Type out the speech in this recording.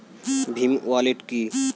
Bhim wallet কি?